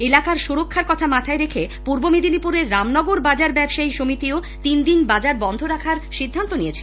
এলাকার সুরক্ষার কথা মাথায় রেখে পূর্বমেদিনীপুরের রামনগর বাজার ব্যবসায়ী সমিতিও তিনদিন বাজার বন্ধ রাখার সিদ্ধান্ত নিয়েছে